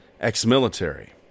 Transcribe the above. ex-military